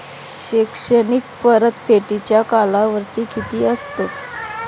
शैक्षणिक परतफेडीचा कालावधी किती असतो?